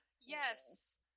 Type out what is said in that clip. Yes